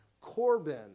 Corbin